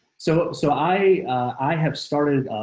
so, so i i have started